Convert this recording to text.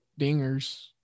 dingers